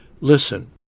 Listen